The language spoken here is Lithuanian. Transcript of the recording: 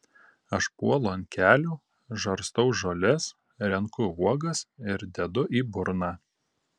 aš puolu ant kelių žarstau žoles renku uogas ir dedu į burną